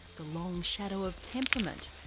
the long shadow of temperament,